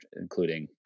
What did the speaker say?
including